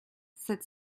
sept